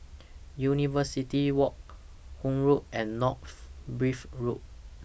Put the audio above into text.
University Walk Hythe Road and North Bridge Road